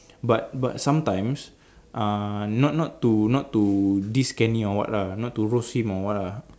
but but sometimes uh not not to not to diss Kenny or what lah not to roast him or what lah